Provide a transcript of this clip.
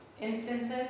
instances